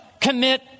commit